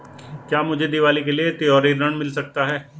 क्या मुझे दीवाली के लिए त्यौहारी ऋण मिल सकता है?